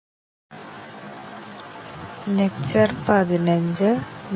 ഈ സെഷനിലേക്ക് സ്വാഗതം